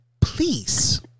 Please